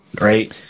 right